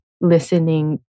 listening